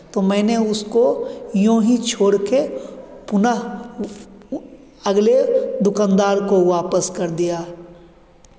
तो मैंने उसको यों ही छोड़ के पुनः अगले दुकानदार को वापस कर दिया